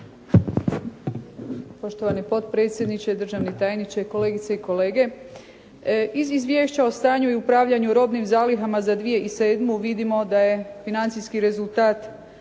Poštovani potpredsjedniče, državni tajniče, kolegice i kolege. Iz izvješća o stanju i upravljanju robnim zalihama za 2007. vidimo da je financijski rezultat